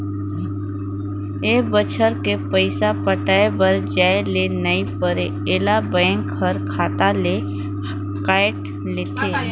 ए बच्छर के पइसा पटाये बर जाये ले नई परे ऐला बेंक हर खाता ले कायट लेथे